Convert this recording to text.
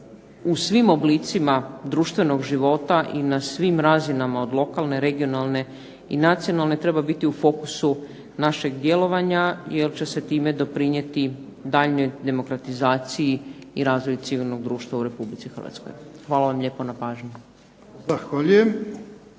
u svim oblicima društvenog života i na svim razinama od lokalne, regionalne i nacionalne treba biti u fokusu našeg djelovanja, jer će se time doprinijeti daljnjoj demokratizaciji i razvoju civilnog društva u Republici Hrvatskoj. Hvala vam lijepo na pažnji. **Jarnjak,